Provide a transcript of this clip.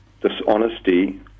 dishonesty